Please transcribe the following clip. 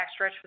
backstretch